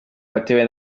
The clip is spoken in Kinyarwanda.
watewe